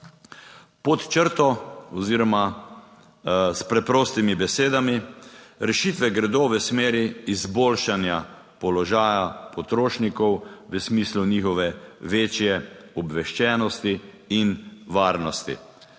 Pod črto oziroma s preprostimi besedami: "rešitve gredo v smeri izboljšanja položaja potrošnikov v smislu njihove večje obveščenosti in varnosti".